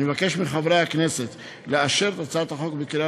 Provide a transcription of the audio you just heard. אני מבקש מחברי הכנסת לאשר את הצעת החוק בקריאה